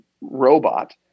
robot